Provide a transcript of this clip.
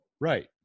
right